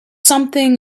something